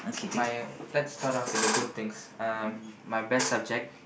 my let's start off with the good things um my best subject